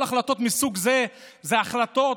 כל ההחלטות מהסוג הזה הן החלטות